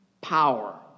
power